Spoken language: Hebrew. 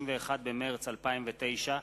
בשירות צבאי או לאומי, התשס”ט 2009,